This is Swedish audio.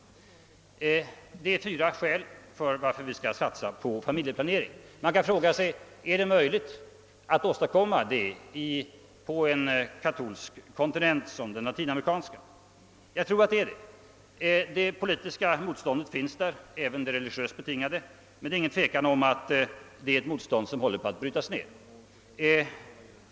Dessa fyra skäl talar för att vi skall satsa på familjeplaneringen. Man kan fråga sig, om det är möjligt att genomföra en sådan i dessa katolska länder. Ja, jag tror det. Det politiska motståndet finns där — och även det religiöst betingade — men det råder inga tvivel om att det håller på att brytas ned.